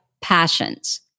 passions